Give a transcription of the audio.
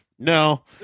No